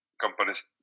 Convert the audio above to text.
companies